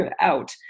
out